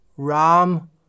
Ram